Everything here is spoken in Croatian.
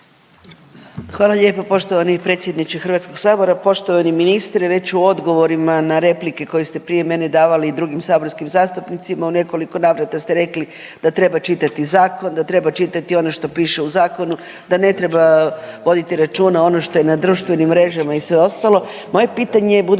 Hvala lijepo poštovani predsjedniče Hrvatskog sabora. Poštovani ministre već u odgovorima na replike koje ste prije mene davali i drugim saborskim zastupnicima u nekoliko navrata ste rekli da treba čitati zakon, da treba čitati ono što piše u zakonu, da ne treba voditi računa ono što je na društvenim mrežama i sve ostalo. Moje je pitanje,